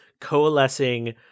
coalescing